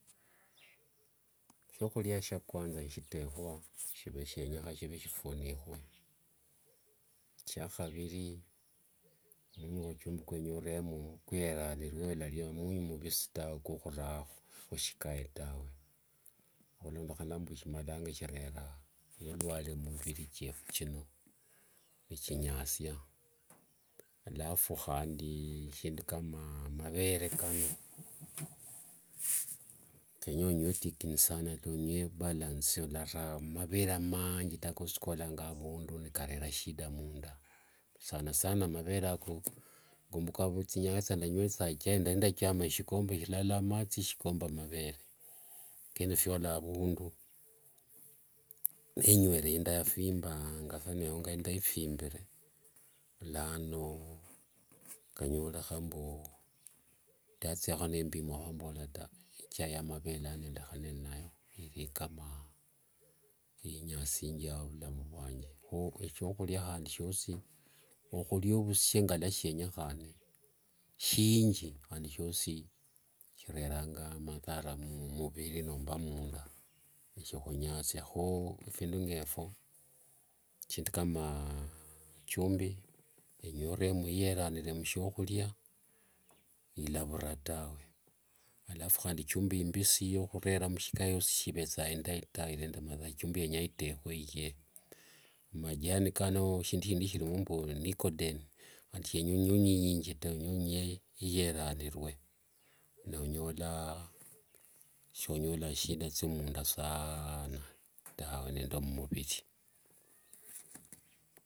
Shiakhulia shia kwanza nishitekhwa shiva shienyekha nishifunikhwe. Shiakhaviri, munyu ichumbi kwenya oremo kuyera walalia munyu mvisi taa kukhura mshikae tawe. Khulondekhana shimalanga shirera mulwale mumuviri thiefu chino, nichinyasia. Alafu handi shindu ngamavere kano kenye onywe tikini sana tawe, onywe balanced solara amavere manji kolanga avundu nikarera ishida munda. Sana sana mavere ako, ngumbuka khuthinyanga thendanywethanga ichai ndalichamaa eshikombe shilala amathi shikombe mavere lakini phiola avundu nenywere inda yaphimbaangasa newonga niphimbire. Vulano kanyorekha mbu, ndathiakho nembima nivamborera mbu taa ichai yamavere lano ndekhale inayo ilikamaa einyesiingia mulavu mwane. Kho eshiakhulia handi shiosi okhulia ovusie shienyekhane. Shinji handi shiosi shireranga madhara mumuviri nomba munda neshikhunyasia. Phindu ngephio, shindu kama ichumbi oremo iyeranire mushiakhulia ilavhura tawe. Alafu handi ichumbi imbisi khurerera mshikae yosi sivethanga indai tawe ilinende madhara. Ichumbi yenyanga itekhwe iyee. Majani kano shindu shindi shilimo mbu nicoden khandi shivienya onywe inyingi yenya onywe iyeranurue nonyola shonyola thishida thia munda sana taa nende mumuviri.